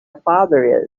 father